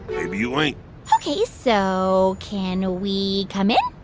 maybe you ain't ok, so can we come in?